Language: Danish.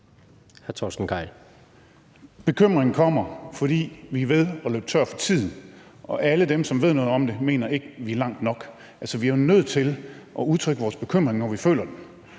Bekymringen kommer, fordi vi er ved at løbe tør for tid, og alle dem, som ved noget om det, mener ikke, at vi er kommet langt nok. Altså, vi er jo nødt til at udtrykke vores bekymring, når vi føler den,